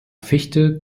fichte